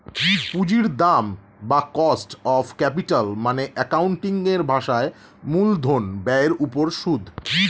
পুঁজির দাম বা কস্ট অফ ক্যাপিটাল মানে অ্যাকাউন্টিং এর ভাষায় মূলধন ব্যয়ের উপর সুদ